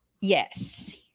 Yes